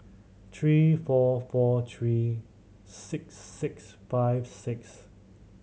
three four four three six six five six